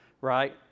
right